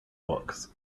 books